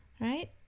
right